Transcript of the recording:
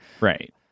right